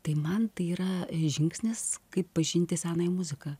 tai man tai yra žingsnis kaip pažinti senąją muziką